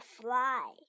fly